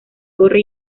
torre